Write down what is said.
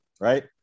right